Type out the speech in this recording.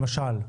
למשל.